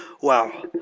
Wow